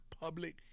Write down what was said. public